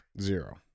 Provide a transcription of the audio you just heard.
Zero